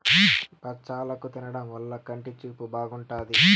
బచ్చలాకు తినడం వల్ల కంటి చూపు బాగుంటాది